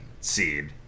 seed